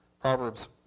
Proverbs